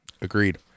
Agreed